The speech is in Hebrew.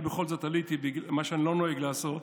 אני בכל זאת עליתי, מה שאני לא נוהג לעשות.